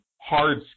hard